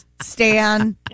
Stan